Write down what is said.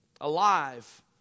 alive